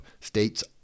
States